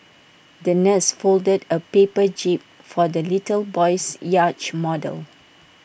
the nurse folded A paper jib for the little boy's yacht model